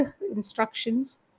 instructions